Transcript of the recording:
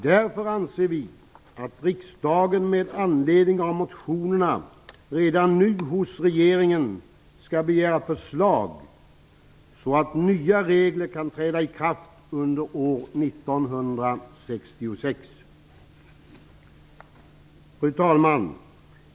Därför anser vi att riksdagen med anledning av motionerna redan nu hos regeringen skall begära förslag så att nya regler kan träda i kraft under år 1996. Fru talman!